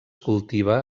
cultiva